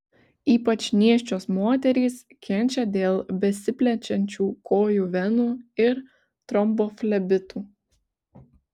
ypač nėščios moterys kenčia dėl besiplečiančių kojų venų ir tromboflebitų